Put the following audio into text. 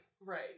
Right